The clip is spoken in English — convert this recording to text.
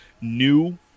new